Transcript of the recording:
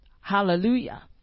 Hallelujah